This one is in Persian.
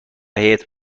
هیات